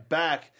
back